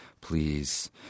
please